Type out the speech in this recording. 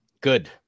good